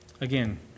Again